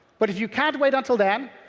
but if you can't wait until then,